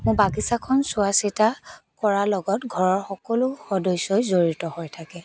মোৰ বাগিচাখন চোৱা চিতা কৰাৰ লগত ঘৰৰ সকলো সদস্যই জড়িত হৈ থাকে